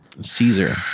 Caesar